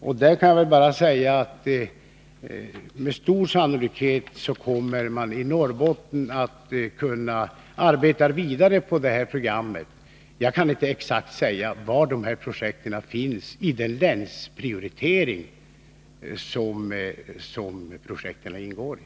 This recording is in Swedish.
På den punkten kan jag säga att man i Norrbotten med stor sannolikhet kommer att kunna arbeta vidare på det här programmet, men jag kan alltså inte exakt säga var de aktuella projekten finns i den länsprioritering som projekten ingår i.